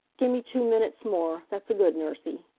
gimme two minutes more, that's a good nursie.